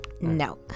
No